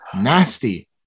nasty